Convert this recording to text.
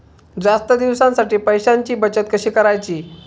जास्त दिवसांसाठी पैशांची बचत कशी करायची?